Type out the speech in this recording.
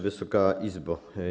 Wysoka Izbo!